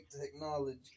technology